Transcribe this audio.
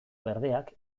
berdeak